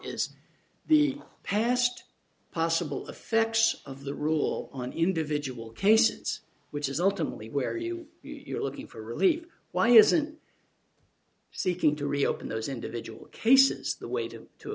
is the past possible effects of the rule on individual cases which is ultimately where you are looking for relief why isn't seeking to reopen those individual cases the way to to